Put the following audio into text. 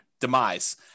demise